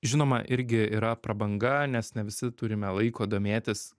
žinoma irgi yra prabanga nes ne visi turime laiko domėtis